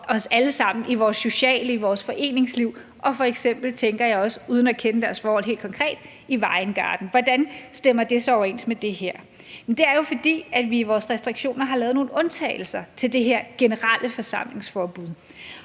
os alle sammen i vores sociale liv og i vores foreningsliv, og også, tænker jeg uden at kende deres forhold helt konkret, for f.eks. Vejen Garden. Hvordan stemmer det overens med det her? Jamen det er jo, fordi vi i vores restriktioner har lavet nogle undtagelser fra det her generelle forsamlingsforbud,